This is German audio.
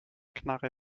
knarre